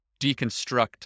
deconstruct